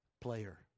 player